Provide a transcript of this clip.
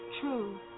true